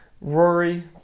Rory